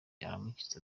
aramukiza